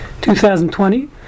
2020